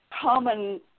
common